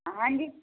ਹਾਂਜੀ